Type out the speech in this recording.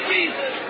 Jesus